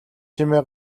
чимээ